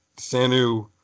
Sanu